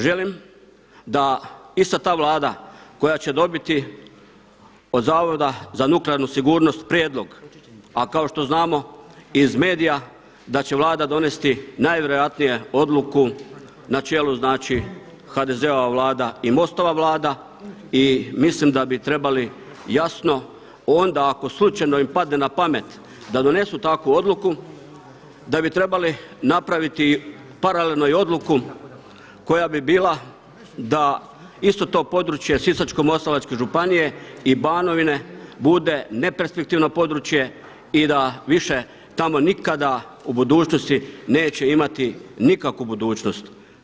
Želim da ista ta Vlada koja će dobiti od Zavoda za nuklearnu sigurnost prijedlog, a kao što znamo iz medija da će Vlada donesti najvjerojatnije odluku na čelu HDZ-ova vlada i MOST-ova vlada i mislim da bi trebali jasno onda ako im slučajno padne na pamet da donesu takvu odluku da bi trebali napraviti paralelno i odluku koja bi bila da isto to područje Sisačko-moslavačke županije i Banovine bude neperspektivno područje i da više tamo nikada u budućnosti neće imati nikakvu budućnost.